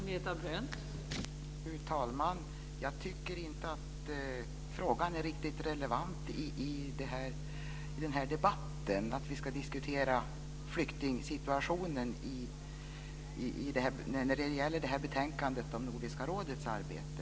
Fru talman! Jag tycker inte att frågan är riktigt relevant i den här debatten, dvs. att vi ska diskutera flyktingsituationen i samband med behandlingen av betänkandet om Nordiska rådets arbete.